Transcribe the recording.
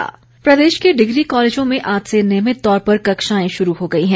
college खुले प्रदेश के डिग्री कॉलेजों में आज से नियमित तौर पर कक्षाएं शुरू हो गई हैं